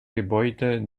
gebäude